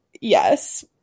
Yes